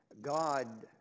God